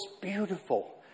beautiful